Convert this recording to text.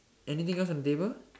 anything else on table